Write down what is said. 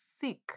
sick